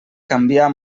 canviar